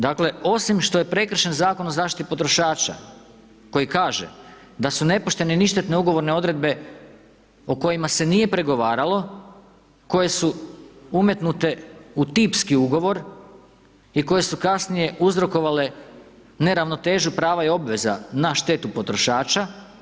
Dakle, osim što je prekršen Zakon o zaštiti potrošača koji kaže da su nepoštene i ništetne ugovorne odredbe o kojima se nije pregovaralo, koje su umetnute u tipski ugovor i koje su kasnije uzrokovale neravnotežu prava i obveza na štetu potrošača.